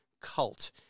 cult